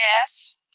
Yes